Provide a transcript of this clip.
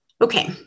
Okay